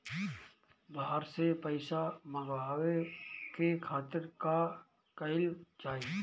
बाहर से पइसा मंगावे के खातिर का कइल जाइ?